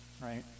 right